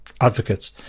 advocates